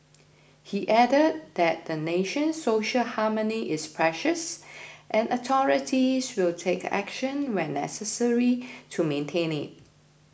he added that the nation's social harmony is precious and authorities will take action when necessary to maintain it